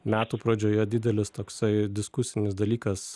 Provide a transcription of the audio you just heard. metų pradžioje didelis toksai diskusinis dalykas